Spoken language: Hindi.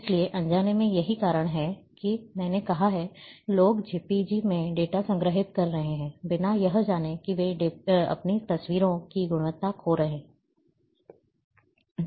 इसलिए अनजाने में यही कारण है कि मैंने कहा है लोग जेपीईजी में डेटा संग्रहीत कर रहे हैं बिना यह जाने कि वे अपनी तस्वीरों की गुणवत्ता खो रहे हैं